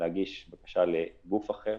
להגיש בקשה לגוף אחר